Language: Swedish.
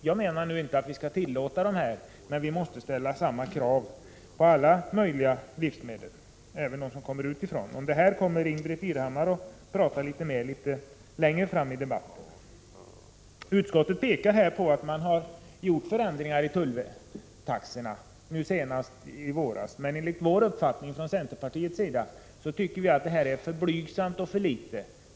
Jag menar inte att vi skall tillåta dessa preparat, men vi måste ställa samma krav på alla livsmedel, även dem som importeras. Om det här kommer Ingbritt Irhammar att tala litet senare. Utskottet framhåller att det har gjorts ändringar i tulltaxorna, senast i våras, men enligt centerpartiets uppfattning är detta för blygsamt.